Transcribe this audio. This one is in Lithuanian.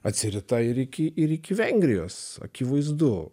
atsirita ir iki ir iki vengrijos akivaizdu